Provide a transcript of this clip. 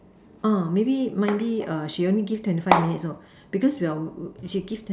uh maybe maybe err she only give twenty five minutes you know because we are she give them